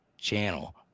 channel